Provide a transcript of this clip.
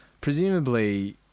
presumably